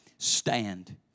Stand